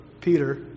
Peter